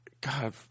God